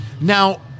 Now